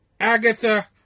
Agatha